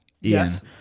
Yes